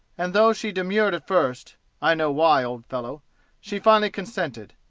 and though she demurred at first i know why, old fellow she finally consented.